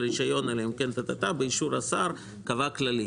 הרישיון אלא אם כן באישור השר קבע כללים,